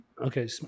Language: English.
Okay